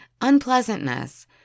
Unpleasantness